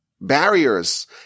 barriers